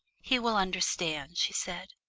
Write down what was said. he will understand, she said,